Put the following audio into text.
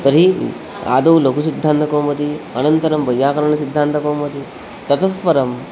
तर्हि आदौ लघुसिद्धान्तकौमदी अनन्तरं वैयाकरणसिद्धान्तकौमुदी ततः परं